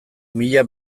mila